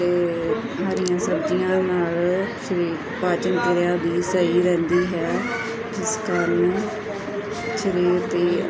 ਅਤੇ ਹਰੀਆਂ ਸਬਜ਼ੀਆਂ ਨਾਲ ਸਰੀਰ ਪਾਚਨ ਕਿਰਿਆ ਵੀ ਸਹੀ ਰਹਿੰਦੀ ਹੈ ਜਿਸ ਕਾਰਨ ਸਰੀਰ ਦੀ